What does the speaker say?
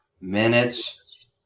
minutes